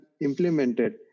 implemented